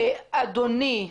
אדוני,